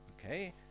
okay